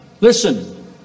Listen